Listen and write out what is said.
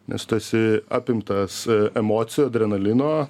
nes tu esi apimtas emocijų adrenalino